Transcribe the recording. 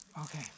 Okay